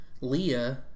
leah